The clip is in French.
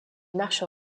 marches